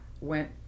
went